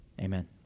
Amen